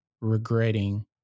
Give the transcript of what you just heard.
regretting